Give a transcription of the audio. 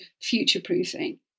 future-proofing